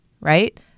right